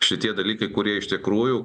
šitie dalykai kurie iš tikrųjų